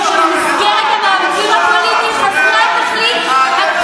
מסר שמאותת לעסקים שזה